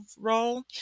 role